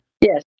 Yes